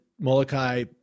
Molokai